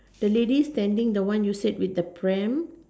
the lady standing the one you said with the pram